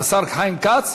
השר חיים כץ?